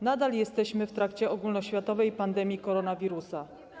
Nadal jesteśmy w trakcie ogólnoświatowej pandemii koronawirusa.